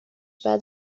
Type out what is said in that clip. بعد